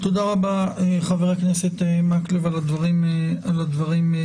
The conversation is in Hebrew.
תודה רבה, חבר הכנסת מקלב, על הדברים החשובים.